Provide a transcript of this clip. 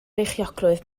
beichiogrwydd